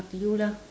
up to you lah